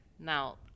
Now